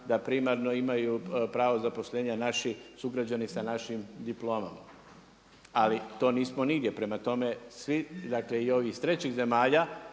djelatnostima pravo zaposlenja naši sugrađani sa našim diplomama. Ali to nismo nigdje, prema tome, svi, dakle i ovi iz trećih zemalja,